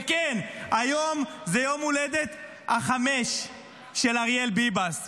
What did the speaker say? וכן, היום זה יום הולדת חמש של אריאל ביבס.